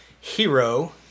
hero